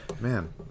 man